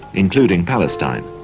including palestine.